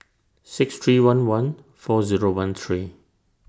six three one one four Zero one three